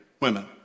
women